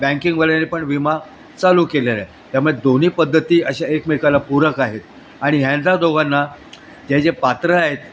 बँकिंगवाल्याने पण विमा चालू केलेल्या आहे त्यामुळे दोन्ही पद्धती अशा एकमेकाला पूरक आहेत आणि ह्यांंना दोघांना जे जे पात्र आहेत